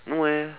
no eh